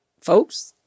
folks